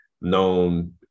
known